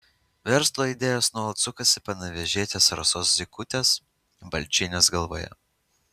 verslo idėjos nuolat sukasi panevėžietės rasos zykutės balčienės galvoje